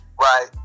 right